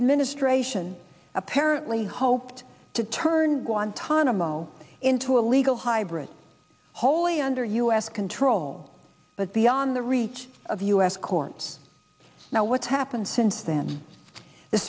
administration apparently hoped to turn guantanamo into a legal hybrid wholly under u s control but beyond the reach each of us courts now what's happened since then the